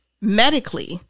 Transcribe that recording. medically